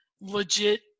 legit